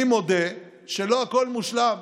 אני מודה שלא הכול מושלם,